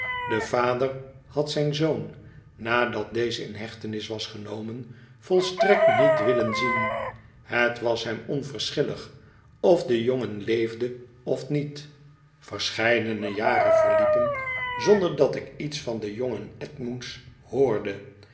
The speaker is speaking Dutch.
de vader had zijh zoon nadat deze in hechtenis was genomen volstrekt niet willen zien het was hem onverschillig of de jongen leefde of niet verscheidene jaren verliepen zonder dat ik iets van den jongen edmunds hoorde